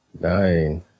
Nine